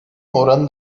oranı